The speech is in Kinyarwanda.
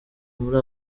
muri